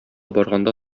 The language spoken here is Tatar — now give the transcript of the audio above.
барганда